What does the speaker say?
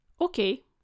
Okay